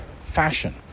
fashion